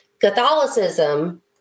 Catholicism